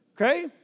Okay